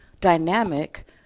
dynamic